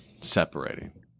separating